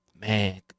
man